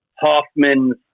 Hoffman's